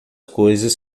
coisas